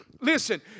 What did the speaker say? listen